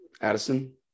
Addison